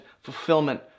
fulfillment